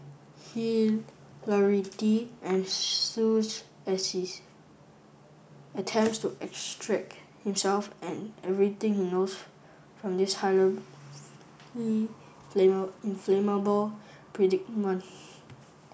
hilarity ensues as he attempts to extract himself and everything he knows from this highly inflammable predicament